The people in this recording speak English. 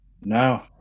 No